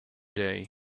day